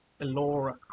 Elora